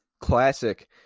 classic